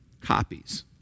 copies